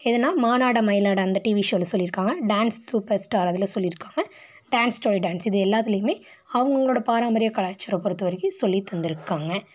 எதனா மானாட மயிலாட அந்த டிவி ஷோவில் சொல்லி இருக்காங்க டான்ஸ் சூப்பர் ஸ்டார் அதில் சொல்லி இருக்காங்க டான்ஸ் ஜோடி டான்ஸ் இது எல்லாத்துலேயுமே அவங்க அவங்களோடய பாரம்பரியம் கலாச்சாரம் பொறுத்த வரைக்கும் சொல்லி தந்து இருக்காங்க